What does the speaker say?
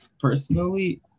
Personally